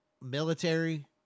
military